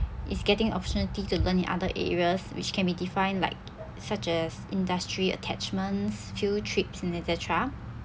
is getting opportunity to learn other areas which can be defined like such as industry attachments field trips and et cetera